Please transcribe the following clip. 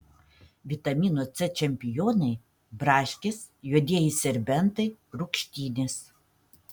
vitamino c čempionai braškės juodieji serbentai rūgštynės